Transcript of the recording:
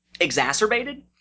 exacerbated